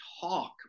talk